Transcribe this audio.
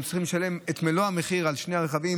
ואם צריכים לשלם את מלוא המחיר על שני הרכבים,